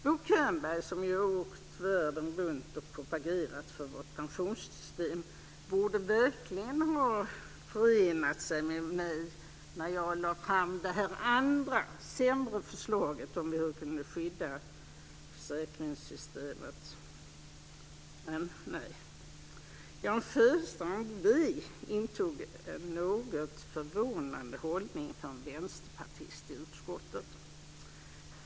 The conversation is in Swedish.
Bo Könberg, som ju har åkt världen runt och propagerat för vårt pensionssystem, borde verkligen ha förenat sig med mig när jag lade fram det här andra, sämre, förslaget om hur vi skulle ha kunnat skydda pensionssystemet, men nej. Jan Sjöstrand, v, intog en något förvånande hållning för en vänsterpartist i utskottet.